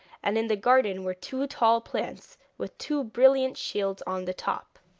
and in the garden were two tall plants, with two brilliant shields on the top.